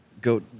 go